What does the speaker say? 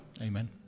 Amen